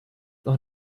noch